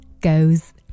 goes